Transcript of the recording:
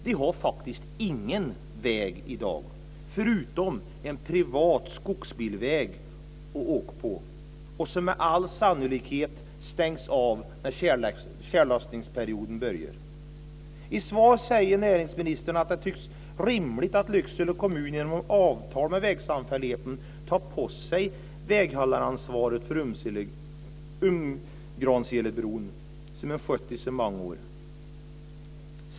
De har faktiskt ingen väg i dag förutom en privat skogsbilväg att åka på och som med all sannolikhet stängs av när tjällossningsperioden börjar. I svaret säger näringsministern att det är rimligt att Lycksele kommun genom ett avtal med vägsamfälligheten tar på sig väghållaransvaret för Umgranselebron, som den skött sedan många år.